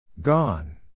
Gone